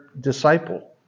disciple